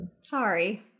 sorry